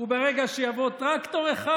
וברגע שיבוא טרקטור אחד,